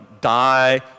die